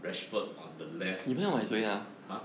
rashford on the left missing !huh!